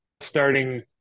Starting